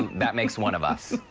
that makes one of us.